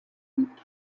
and